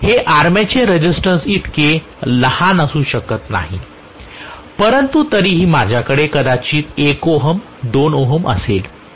हे आर्मेचर रेझिस्टन्सइतके लहान असू शकत नाही परंतु तरीही माझ्याकडे कदाचित 1Ω 2Ω असेल